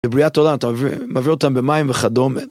בבריאת עולם אתה מביא אותם במים וכדומה.